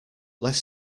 less